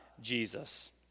Jesus